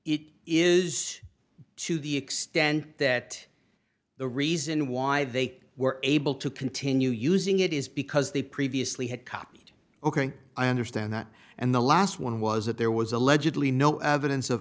it is to the extent that the reason why they were able to continue using it is because they previously had copied ok i understand that and the last one was that there was allegedly no evidence of